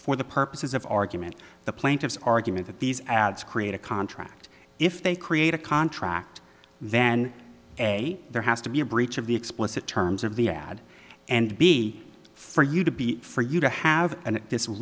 for the purposes of argument the plaintiff's argument that these ads create a contract if they create a contract then a there has to be a breach of the explicit terms of the ad and b for you to be for you to have and this